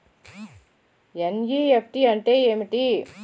NEFT అంటే ఏమిటి?